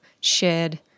shared